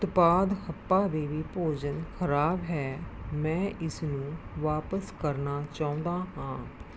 ਉਤਪਾਦ ਹੱਪਾ ਬੇਬੀ ਭੋਜਨ ਖਰਾਬ ਹੈ ਮੈਂ ਇਸਨੂੰ ਵਾਪਸ ਕਰਨਾ ਚਾਹੁੰਦਾ ਹਾਂ